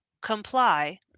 comply